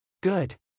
Good